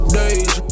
days